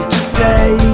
Today